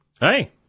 Hey